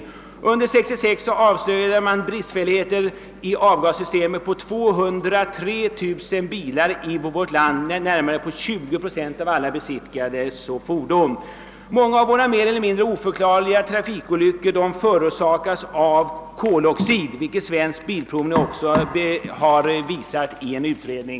Under 1966 avslöjade Svensk bilprovning bristfälligheter i fråga om avgassystemet på 203 000 bilar, dvs. på nära 20 procent av alla besiktigade fordon. Många av våra mer eller mindre oförklarliga trafikolyckor förorsakas av koloxid, något som Svensk bilprovning också påpekat i en utredning.